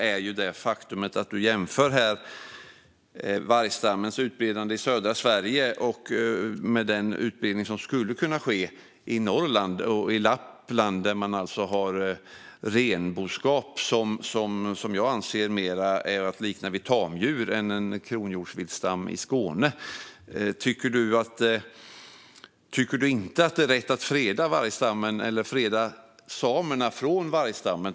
Han jämför vargstammens utbredning i södra Sverige med den utbredning som skulle kunna ske i Norrland, till exempel i Lappland, där man har renboskap som jag anser mer är att likna vid tamdjur än en kronhjortsviltstam i Skåne. Tycker du inte att det är rätt att freda samerna från vargstammen, Magnus Persson?